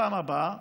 בפעם הבאה